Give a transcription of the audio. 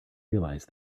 realize